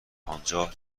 انجام